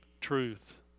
truth